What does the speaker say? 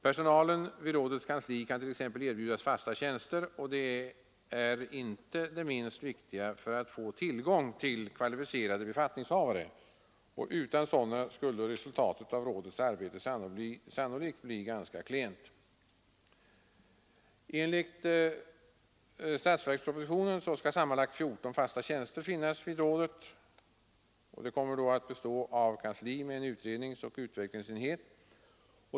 Personalen vid rådets kansli kan t.ex. erbjudas fasta tjänster, och det är inte det minst viktiga för att få tillgång till kvalificerade befattningshavare. Utan sådana skulle resultatet av rådets arbete sannolikt bli ganska klent. Enligt statsverkspropositionen skall sammanlagt 14 fasta tjänster finnas vid rådet, som kommer att bestå av kansli med en utredningsoch en utvecklingsenhet.